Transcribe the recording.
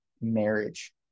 marriage